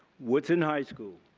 woodson high school.